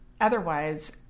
otherwise